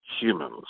humans